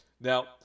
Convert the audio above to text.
Now